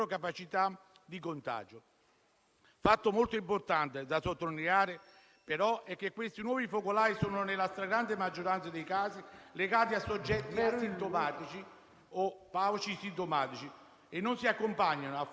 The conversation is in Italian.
continuando a vivere la quotidianità del lavoro, del sociale e delle relazioni interpersonali *(Richiami del Presidente),* attuando al tempo stesso le opportune cautele e i giusti comportamenti suggeriti,